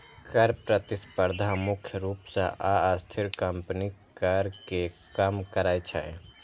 कर प्रतिस्पर्धा मुख्य रूप सं अस्थिर कंपनीक कर कें कम करै छै